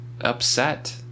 upset